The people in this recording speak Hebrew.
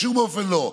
בשום אופן לא.